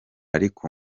ariko